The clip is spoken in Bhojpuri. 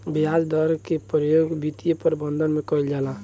ब्याज दर के प्रयोग वित्तीय प्रबंधन में कईल जाला